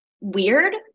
weird